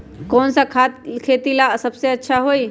कौन सा खाद खेती ला सबसे अच्छा होई?